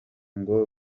ngo